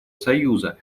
союза